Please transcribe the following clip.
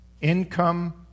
income